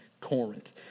Corinth